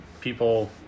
people